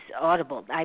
Audible